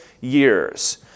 years